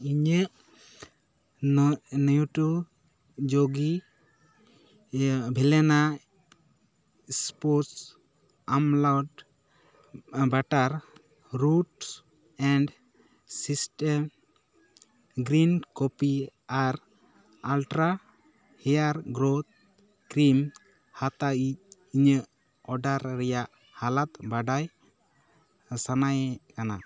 ᱤᱧᱟᱹᱜ ᱱᱟᱜ ᱱᱟᱴᱤ ᱭᱳᱜᱤ vanilla espresso almond butter roots and stems green coffee ᱟᱨ ᱩᱥᱴᱨᱟ ᱦᱮᱭᱟᱨ ᱜᱨᱳᱛᱷ ᱠᱨᱤᱢ ᱦᱟᱛᱟᱣᱤᱡ ᱤᱧᱟᱹᱜ ᱚᱰᱟᱨ ᱨᱮᱱᱟᱜ ᱦᱟᱞᱚᱛ ᱵᱟᱰᱟᱭ ᱥᱟᱱᱟᱭᱮ ᱠᱟᱱᱟ